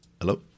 Hello